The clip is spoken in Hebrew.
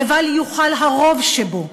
לבל יוכל הרוב שבו,